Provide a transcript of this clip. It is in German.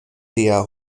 der